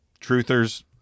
truthers